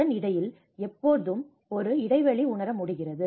அதன் இடையில் எப்பொழுதும் ஒரு இடைவெளி உணர முடிகிறது